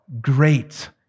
great